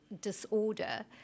disorder